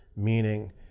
Meaning